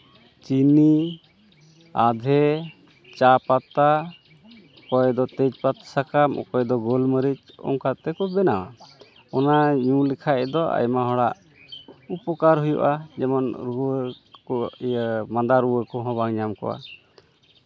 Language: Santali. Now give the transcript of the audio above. ᱪᱤᱱᱤ ᱟᱫᱷᱮ ᱪᱟᱯᱟᱛᱟ ᱚᱠᱚᱭ ᱫᱚ ᱛᱮᱡᱽ ᱯᱟᱛ ᱥᱟᱠᱟᱢ ᱚᱠᱚᱭ ᱫᱚ ᱜᱳᱞᱢᱚᱨᱤᱪ ᱚᱱᱠᱟ ᱛᱮᱠᱚ ᱵᱮᱱᱟᱣᱟ ᱚᱱᱟ ᱞᱮᱠᱷᱟᱡ ᱫᱚ ᱟᱭᱢᱟ ᱦᱚᱲᱟᱜ ᱩᱯᱚᱠᱟᱨ ᱦᱩᱭᱩᱜᱼᱟ ᱡᱮᱢᱚᱱ ᱨᱩᱣᱟᱹ ᱠᱚ ᱤᱭᱟᱹ ᱢᱟᱫᱟ ᱨᱩᱣᱟᱹ ᱠᱚᱦᱚᱸ ᱵᱟᱝ ᱧᱟᱢ ᱠᱚᱣᱟ